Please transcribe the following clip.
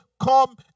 come